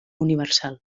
universal